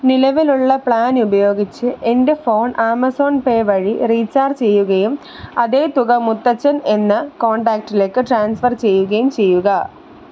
നിലവിലുള്ള പ്ലാൻ ഉപയോഗിച്ച് എൻ്റെ ഫോൺ ആമസോൺ പേ വഴി റീചാർജ് ചെയ്യുകയും അതേ തുക മുത്തച്ഛൻ എന്ന കോൺടാക്റ്റിലേക്ക് ട്രാൻസ്ഫർ ചെയ്യുകയും ചെയ്യുക